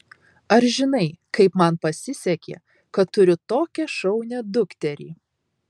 ar žinai kaip man pasisekė kad turiu tokią šaunią dukterį